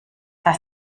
das